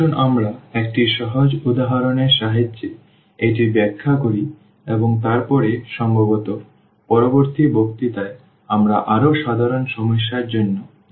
আসুন আমরা একটি সহজ উদাহরণের সাহায্যে এটি ব্যাখ্যা করি এবং তারপরে সম্ভবত পরবর্তী বক্তৃতায় আমরা আরও সাধারণ সমস্যার জন্য যাব